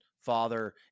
father